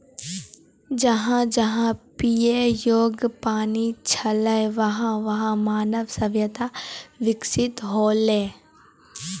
जहां जहां पियै योग्य पानी छलै वहां वहां मानव सभ्यता बिकसित हौलै